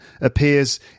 appears